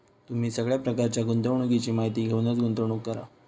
तुम्ही सगळ्या प्रकारच्या गुंतवणुकीची माहिती घेऊनच गुंतवणूक करा